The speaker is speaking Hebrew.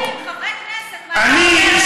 למה עבריינים?